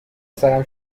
سرم